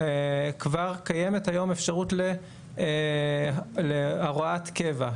כבר קיימת היום אפשרות להוראת קבע,